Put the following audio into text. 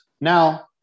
Now